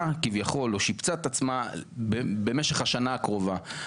כביכול או שיבצה את עצמה במשך השנה הקרובה.